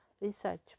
research